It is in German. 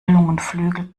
lungenflügel